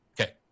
okay